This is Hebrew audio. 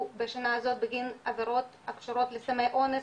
בשנה זו בגין עבירות הקשורות לסמי אונס